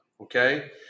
Okay